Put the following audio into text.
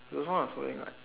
you also not following [what]